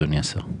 אדוני השר.